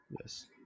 Yes